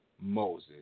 Moses